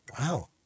Wow